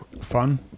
Fun